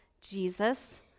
Jesus